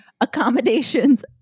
accommodations